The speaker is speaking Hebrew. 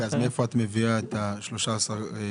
אז מאיפה את מביאה את ה-13 תקנים?